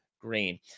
green